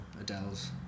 Adele's